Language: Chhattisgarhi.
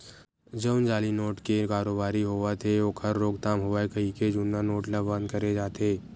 जउन जाली नोट के कारोबारी होवत हे ओखर रोकथाम होवय कहिके जुन्ना नोट ल बंद करे जाथे